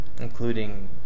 including